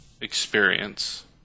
experience